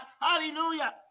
hallelujah